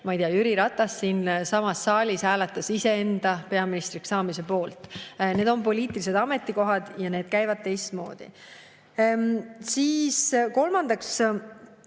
Ma ei tea, Jüri Ratas siinsamas saalis hääletas iseenda peaministriks saamise poolt. Need on poliitilised ametikohad ja need [nimetamised] käivad teistmoodi. Kolmandaks,